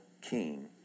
king